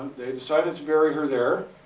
they decided to bury her there.